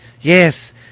yes